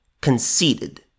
conceded